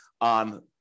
on